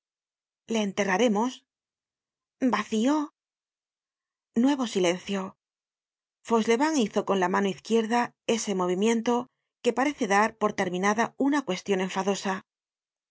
le enterraremos vacío nuevo silencio fauchelevent hizo con la mano izquierda ese movimiento que parece dar por terminada una cuestion enfadosa